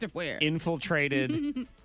infiltrated